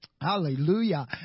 Hallelujah